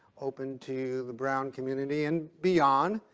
open to the brown community and beyond.